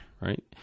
right